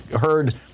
heard